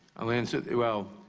i'll answer well,